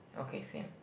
okay same